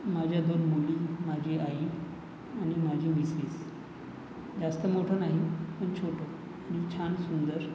माझ्या दोन मुली माझी आई आणि माझी मिसेस जास्त मोठं नाही पण छोटं आणि छान सुंदर